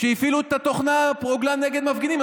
שהפעילו את התוכנה נגד מפגינים.